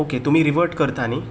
okay तुमी रिवट करता न्ही